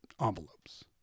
envelopes